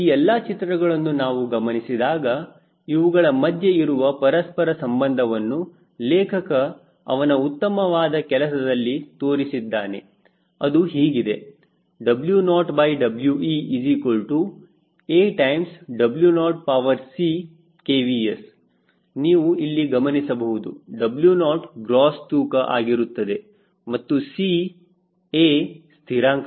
ಈ ಎಲ್ಲಾ ಚಿತ್ರಗಳನ್ನು ನಾವು ಗಮನಿಸಿದಾಗ ಇವುಗಳ ಮಧ್ಯೆ ಇರುವ ಪರಸ್ಪರ ಸಂಬಂಧವನ್ನು ಲೇಖಕ ಅವನ ಉತ್ತಮವಾದ ಕೆಲಸದಲ್ಲಿ ತೋರಿಸಿದ್ದಾನೆ ಅದು ಹೀಗಿದೆ W0WeAW0cKvs ನೀವು ಇಲ್ಲಿ ಗಮನಿಸಬಹುದು W0 ಗ್ರೋಸ್ ತೂಕ ಆಗಿರುತ್ತದೆ ಮತ್ತು C A ಸ್ಥಿರಾಂಕಗಳು